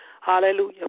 hallelujah